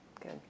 good